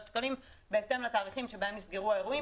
שקלים בהתאם לתאריכים שבהם נסגרו האירועים.